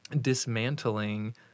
dismantling